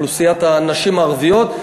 אוכלוסיית הנשים הערביות.